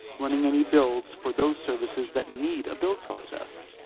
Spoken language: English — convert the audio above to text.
running any builds for those services that need a build process.